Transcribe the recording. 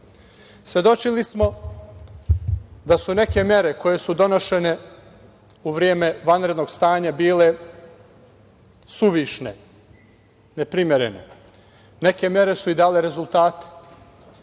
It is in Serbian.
Svedočili smo da su neke mere koje su donošene u vreme vanrednog stanja bile suvišne, neprimerene. Neke mere su i dale rezultate.